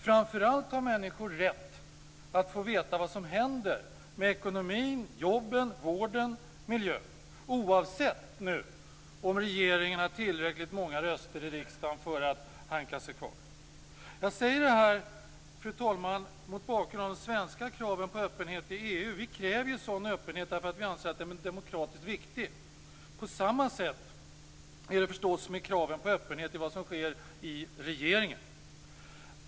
Framför allt har människor rätt att få veta vad som händer med ekonomin, jobben, vården, miljön, oavsett om regeringen har tillräckligt många röster i riksdagen för att hanka sig kvar. Jag säger det här, fru talman, mot bakgrund av de svenska kraven på öppenhet i EU. Vi kräver en sådan öppenhet därför att vi anser att den är demokratiskt viktig. På samma sätt är det förstås med kraven på öppenhet i vad som sker i regeringen.